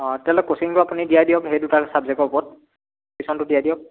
অঁ তেতিয়াহ'লে কচিংটো আপুনি দিয়াই দিয়ক সেই দুটা ছাবজেকৰ ওপৰত টিউচনটো দিয়াই দিয়ক